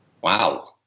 Wow